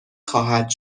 خواهد